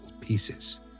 pieces